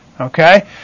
okay